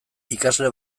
ikasle